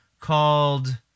Called